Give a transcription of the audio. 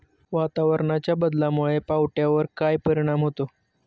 वातावरणाच्या बदलामुळे पावट्यावर काय परिणाम होतो?